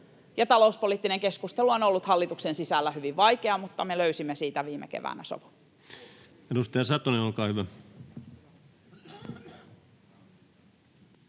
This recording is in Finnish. talouspoliittinen keskustelu on ollut hallituksen sisällä hyvin vaikeaa, mutta me löysimme siitä viime keväänä sovun.